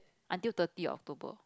until thirty October